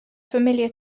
familiar